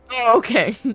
Okay